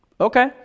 Okay